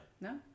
No